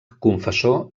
confessor